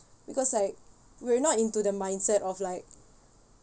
because like we're not into the mindset of like